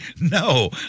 No